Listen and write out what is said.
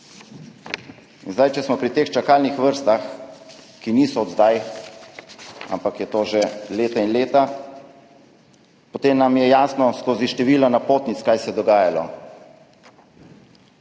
obolenj. Če smo pri teh čakalnih vrstah, ki niso od zdaj, ampak je to že leta in leta, potem nam je skozi število napotnic jasno, kaj se je dogajalo.